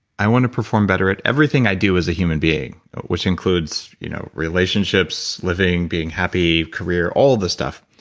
i want to perform better at everything i do as a human being, which includes you know relationships, living, being happy, career, all these stuff,